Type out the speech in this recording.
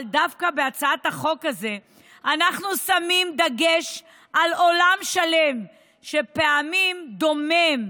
אבל דווקא בהצעת החוק הזה אנחנו שמים דגש על עולם שלם שלפעמים דומם,